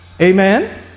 Amen